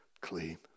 clean